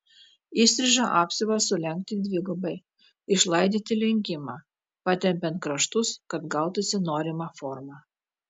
įstrižą apsiuvą sulenkti dvigubai išlaidyti lenkimą patempiant kraštus kad gautųsi norima forma